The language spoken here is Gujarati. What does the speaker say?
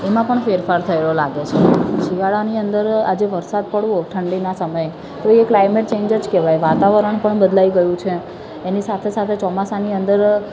એમાં પણ ફેરફાર થયો લાગે છે શિયાળાની અંદર આજે વરસાદ પડવો ઠંડીનાં સમયે તો એક ક્લાઈમેટ ચેન્જ જ કહેવાય વાતાવરણ પણ બદલાઈ ગયું છે એની સાથે સાથે ચોમાસાની અંદર